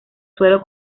suelo